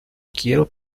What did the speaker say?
quiero